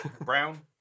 Brown